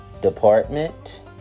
department